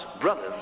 brothers